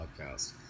podcast